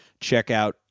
checkout